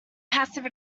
passive